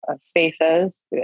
spaces